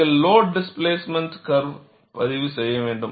நீங்கள் load displacement curve பதிவு செய்ய வேண்டும்